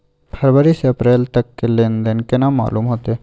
फरवरी से अप्रैल तक के लेन देन केना मालूम होते?